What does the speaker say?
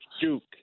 Duke